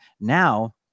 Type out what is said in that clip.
Now